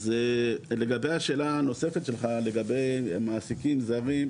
לגבי השאלה הנוספת שלך לגבי מעסיקים זרים,